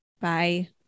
Bye